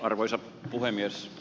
arvoisa puhemies